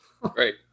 Great